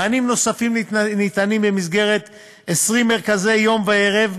מענים נוספים ניתנים במסגרת 20 מרכזי יום וערב,